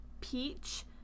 peach